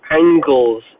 angles